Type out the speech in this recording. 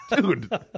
Dude